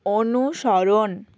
অনুসরণ